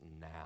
now